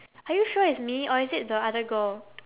are you sure it's me or is it the other girl